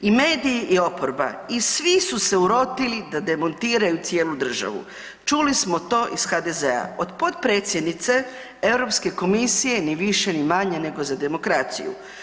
I mediji i oporba i svi su se urotili da demantiraju cijelu državu, čuli smo to iz HDZ-a od potpredsjednice Europske komisije ni više ni manje nego za demokraciju.